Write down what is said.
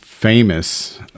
Famous